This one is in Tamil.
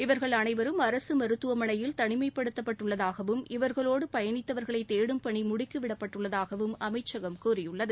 இவர்கள் அனைவரும் அரசு மருத்துவமனையில் தனிமைப்படுத்தப்பட்டு உள்ளதாகவும் இவர்களோடு பயணித்தவர்களை தேடும் பணி முடுக்கிவிடப்பட்டுள்ளதாகவும் அமைச்சகம் கூறியுள்ளது